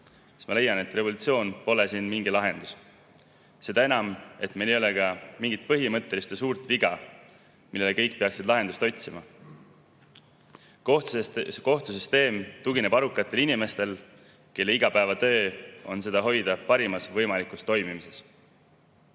leian, et revolutsioon pole siin mingi lahendus. Seda enam, et meil ei ole ka mingit põhimõttelist ja suurt viga, millele kõik peaksid lahendust otsima. Kohtusüsteem tugineb arukatele inimestele, kelle igapäevatöö on seda hoida parimas võimalikus toimimises.